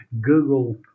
Google